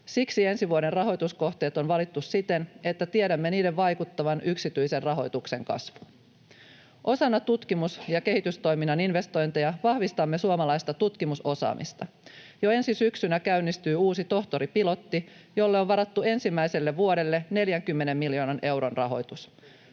Siksi ensi vuoden rahoituskohteet on valittu siten, että tiedämme niiden vaikuttavan yksityisen rahoituksen kasvuun. Osana tutkimus- ja kehitystoiminnan investointeja vahvistamme suomalaista tutkimusosaamista. Jo ensi syksynä käynnistyy uusi tohtoripilotti, jolle on varattu ensimmäiselle vuodelle 40 miljoonan euron rahoitus.